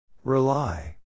Rely